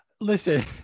listen